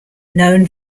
known